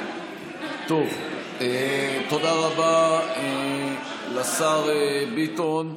תודה רבה לשר ביטון.